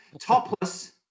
Topless